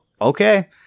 okay